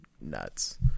nuts